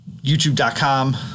youtube.com